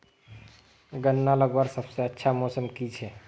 गन्ना लगवार सबसे अच्छा मौसम की छे?